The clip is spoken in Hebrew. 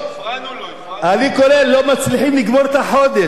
אני קורא: לא מצליחים לגמור את החודש.